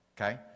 okay